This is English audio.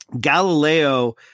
Galileo